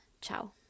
Ciao